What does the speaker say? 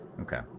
Okay